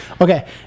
okay